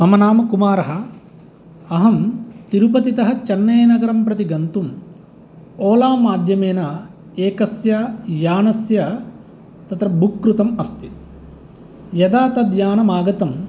मम नाम कुमारः अहं तिरुपतितः चन्नैनगरं प्रति गन्तुं ओला माध्यमेन एकस्य यानस्य तत्र बुक् कृतम् अस्ति यदा तद्यानम् आगतं